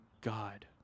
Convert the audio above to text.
God